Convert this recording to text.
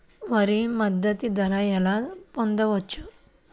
వరి మద్దతు ధర ఎలా పొందవచ్చు?